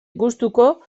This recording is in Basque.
gustuko